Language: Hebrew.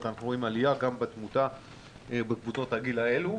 שאנחנו רואים גם עלייה בתמותה בקבוצות הגיל האלו.